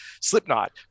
Slipknot